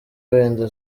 wenda